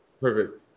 Perfect